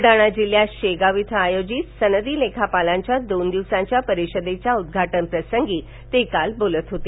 बुलडाणा जिल्ह्यात शेगाव इथ आयोजित सनदी लेखापालांच्या दोन दिवसांच्या परिषदेच्या उद्घाटन प्रसंगी ते काल बोलत होते